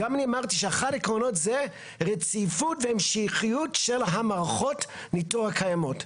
גם אמרתי שאחד העקרונות זה רציפות והמשכיות של מערכות הניתור הקיימות,